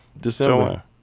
December